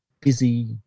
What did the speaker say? busy